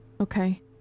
Okay